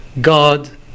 God